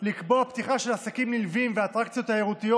לקבוע פתיחה של עסקים נלווים ואטרקציות תיירותיות